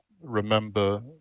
remember